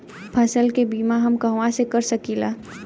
फसल के बिमा हम कहवा करा सकीला?